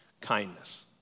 kindness